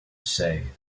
say